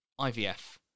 IVF